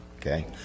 okay